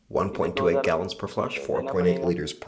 پہلے دو ہزار دینا پڑے گا